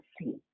see